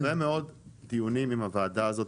יש הרבה מאוד דיונים עם הוועדה הזאת